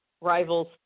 rivals